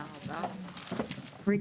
הישיבה ננעלה בשעה 22:55.